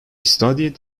studied